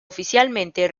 oficialmente